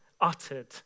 uttered